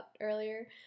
earlier